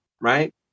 right